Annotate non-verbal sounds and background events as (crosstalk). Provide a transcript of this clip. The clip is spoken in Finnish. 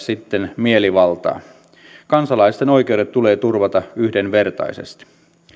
(unintelligible) sitten mielivaltaa kansalaisten oikeudet tulee turvata yhdenvertaisesti